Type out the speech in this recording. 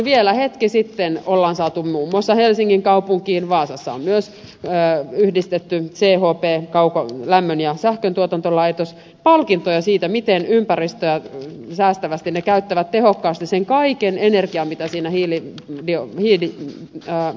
vielä hetki sitten on saatu muun muassa helsingin kaupunkiin vaasassa on myös chp yhdistetty lämmön ja sähköntuotantolaitos palkintoja siitä miten ympäristöä säästävästi ne käyttävät tehokkaasti sen kaiken energian mitä siinä kivihiilessä on